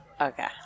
Okay